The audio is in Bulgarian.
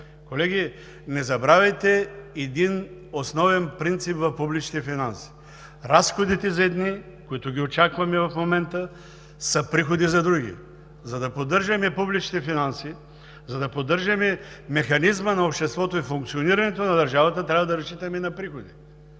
Колеги, не забравяйте един основен принцип в публичните финанси: разходите за едни, които ги очакваме в момента, са приходи за други. За да поддържаме публичните финанси, за да поддържаме механизма на обществото и функционирането на държавата, трябва да разчитаме на приходи,